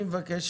אני מבקש,